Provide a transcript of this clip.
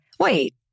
Wait